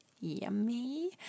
Yummy